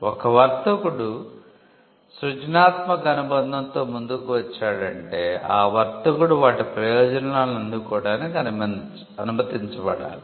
ఒక వర్తకుడు సృజనాత్మక అనుబంధంతో ముందుకు వచ్చాడంటే ఆ వర్తకుడు వాటి ప్రయోజనాలను అందుకోడానికి అనుమతించబడాలి